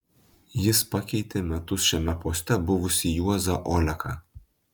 jis pakeitė metus šiame poste buvusį juozą oleką